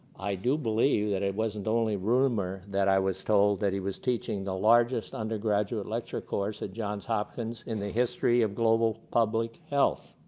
i do believe that it wasn't only rumor that i was told that he was teaching the largest undergraduate lecture course at johns hopkins in the history of global public health.